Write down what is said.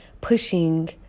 pushing